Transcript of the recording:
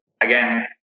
again